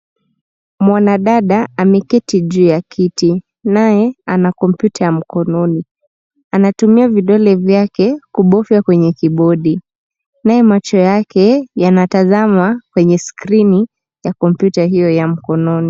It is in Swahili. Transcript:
Mwanadada ameketi juu ya kiti naye ana kompyuta ya mkononi. Anatumia vidole vyake kubofya kwenye kibodi nayo macho yake yanatazama kwenye skrini ya kompyuta hiyo ya mkononi.